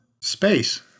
space